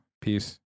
Peace